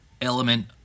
element